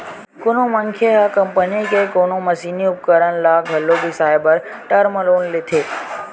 कोनो मनखे ह कंपनी के कोनो मसीनी उपकरन ल घलो बिसाए बर टर्म लोन लेथे